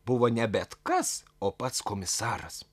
buvo ne bet kas o pats komisaras